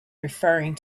referring